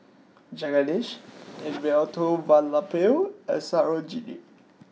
Jagadish Elattuvalapil and Sarojini